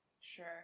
sure